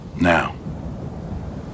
now